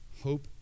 hope